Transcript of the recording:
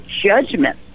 judgment